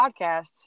podcasts